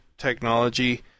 Technology